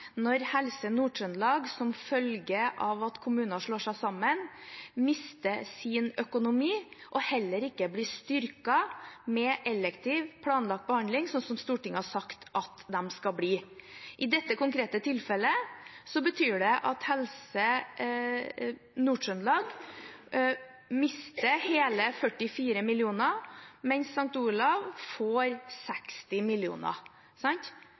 når Helse Nord-Trøndelag som følge av at kommuner slår seg sammen, mister sin økonomi og heller ikke blir styrket med elektiv, planlagt behandling, sånn som Stortinget har sagt at de skal bli. I dette konkrete tilfellet betyr det at Helse Nord-Trøndelag mister hele 44 mill. kr, mens St. Olavs får 60